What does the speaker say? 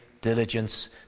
diligence